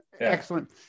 excellent